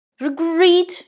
regret